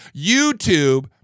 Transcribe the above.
YouTube